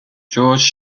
georges